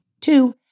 two